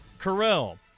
Carell